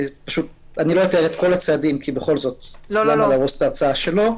לא אתאר את כל הצעדים, לא אהרוס את ההרצאה שלו,